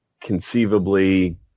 conceivably